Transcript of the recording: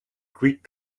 greek